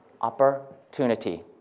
opportunity